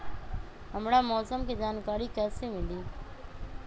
हमरा मौसम के जानकारी कैसी मिली?